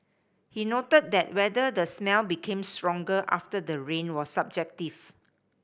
he noted that whether the smell became stronger after the rain was subjective